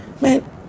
man